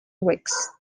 weeks